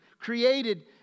created